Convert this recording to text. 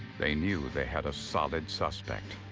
they knew they had a solid suspect.